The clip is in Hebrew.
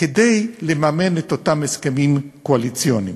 כדי לממן את אותם הסכמים קואליציוניים.